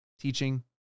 teaching